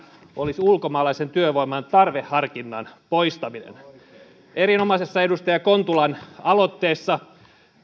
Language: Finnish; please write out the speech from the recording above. olisi ulkomaalaisen työvoiman tarveharkinnan poistaminen edustaja kontulan erinomaisessa aloitteessa